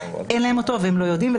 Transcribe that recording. אין להם אותו והם לא יודעים,